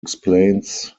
explains